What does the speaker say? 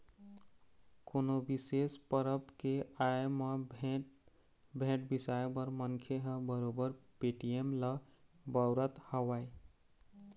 कोनो बिसेस परब के आय म भेंट, भेंट बिसाए बर मनखे ह बरोबर पेटीएम ल बउरत हवय